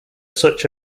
such